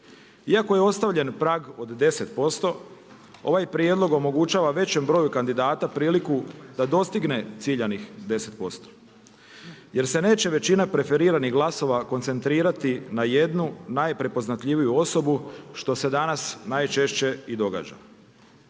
Iako je ostavljen prag od 10% ovaj prijedlog omogućava većem broju kandidata priliku da dostigne ciljanih 10%, jer se neće većina preferiranih glasova koncentrirati na jednu najprepoznatljiviju osobu što se danas najčešće i događa.